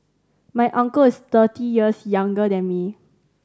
my uncle is thirty years younger than me